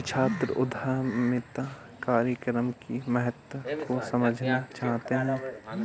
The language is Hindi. सभी छात्र उद्यमिता कार्यक्रम की महत्ता को समझना चाहते हैं